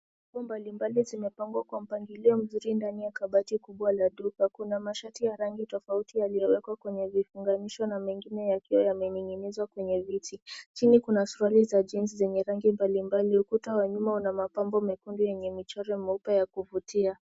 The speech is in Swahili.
Nguo mbalimbali zimepangwa kwa mpangilio mzuri ndani ya kabati kibwa la duka. Kuna mashati ya rangi tofauti yaliyowekwa kwa vifunganisho na mengine yakiwa yameninginizwa kwenye viti. Chini kuna suruali za jinsi zenye rangi mbalimbali . Ukuta wa nyuma una mapambo mekundu yenye michoro meupe ya kuvutia.